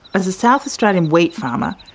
as a south australian wheat farmer,